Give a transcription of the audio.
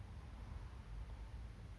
eh eh aku clock out depends on manager